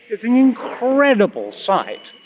it's an incredible sight,